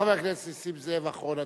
חבר הכנסת נסים זאב, אחרון הדוברים.